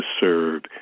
serve